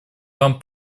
вам